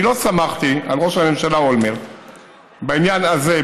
אני לא סמכתי על ראש הממשלה אולמרט בעניין הזה,